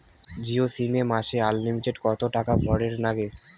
Jio sim এ মাসে unlimited কত টাকা ভরের নাগে?